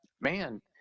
man